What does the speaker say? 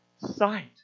sight